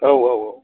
औ औ औ